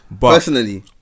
Personally